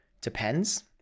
depends